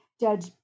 judge